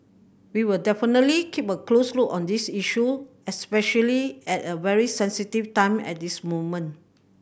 we will definitely keep a close look on this issue especially at a very sensitive time at this moment